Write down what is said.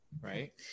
Right